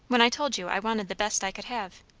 when i told you i wanted the best i could have?